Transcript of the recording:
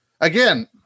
again